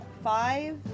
Five